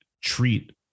treat